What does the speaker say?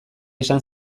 esan